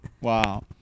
Wow